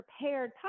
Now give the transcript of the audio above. prepared